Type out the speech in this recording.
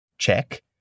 Check